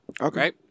Okay